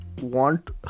want